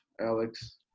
Alex